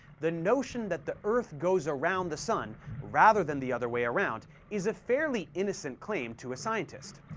the notion that the earth goes around the sun rather than the other way around is a fairly innocent claim to a scientist.